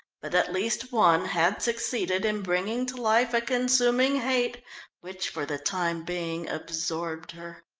but at least one had succeeded in bringing to life a consuming hate which, for the time being, absorbed her.